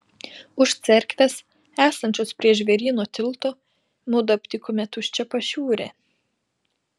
už cerkvės esančios prie žvėryno tilto mudu aptikome tuščią pašiūrę